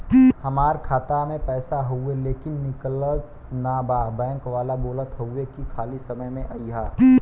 हमार खाता में पैसा हवुवे लेकिन निकलत ना बा बैंक वाला बोलत हऊवे की खाली समय में अईहा